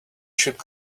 should